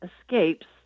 escapes